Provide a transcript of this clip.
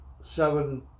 seven